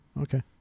okay